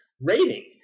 rating